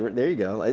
there you go.